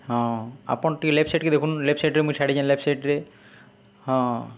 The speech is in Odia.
ହଁ ଆପଣ୍ ଟିକେ ଲେଫ୍ଟ୍ ସାଇଡ଼୍କେ ଦେଖୁନ୍ ଲେଫ୍ଟ୍ ସାଇଡ଼୍ରେ ମୁଇଁ ଠାଡ଼ିଚେଁ ଲେଫ୍ଟ୍ ସାଇଡ଼୍ରେ ହଁ